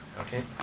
Okay